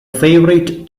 favorite